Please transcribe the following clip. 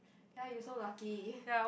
ya you so lucky